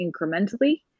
incrementally